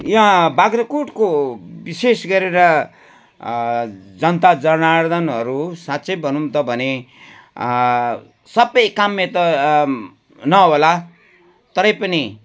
यहाँ बाग्राकोटको विशेष गरेर जनता जनार्धनहरू साँच्चै भनौँ त भने सबै एक मत नहोला तरै पनि